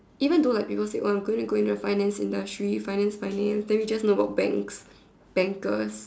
even though like people that say oh I going to go into the finance industry finance finance then we just know about banks bankers